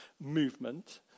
movement